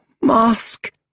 Mask